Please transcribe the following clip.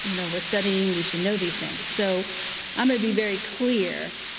you know we are studying, we should know these things. so i'm going to be very clear